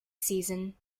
season